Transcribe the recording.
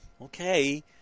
okay